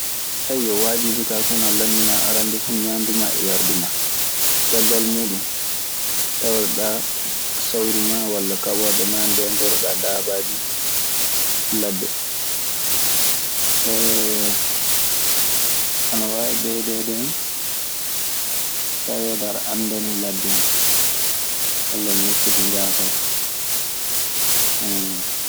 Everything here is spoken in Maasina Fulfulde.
Waajibi kaa so wanaa lanɗinaa, arannde fuu, ñaandu maa e yardu maa. Caggal muuɗun, tawreeɗaa sawrumaa walla kaɓorɗe maa. Ndeentorɗaa daabaaji ladde. Ana waawi ɓeydeede hen taweede aɗa anndani ladde ndee walla nokku to njaataa to.